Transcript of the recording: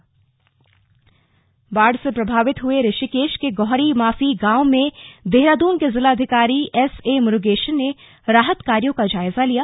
जायजा बाढ़ से प्रभावित हए ऋषिकेश के गौहरी माफी गांव में देहरादून के जिलाधिकारी एस ए मुरुगेशन ने राहत कार्यों का जायजा लिया